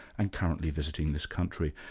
and currently visiting this country.